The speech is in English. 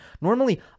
Normally